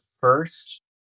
first